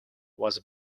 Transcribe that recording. was